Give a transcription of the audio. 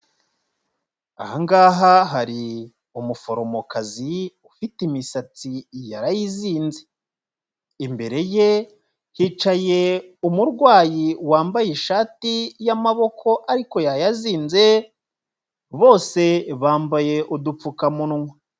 Aha ngaha hari umuforomokazi ufite imisatsi yarayizinze, imbere ye hicaye umurwayi wambaye ishati y'amaboko ariko yayazinze, bose bambaye udupfukamunwa.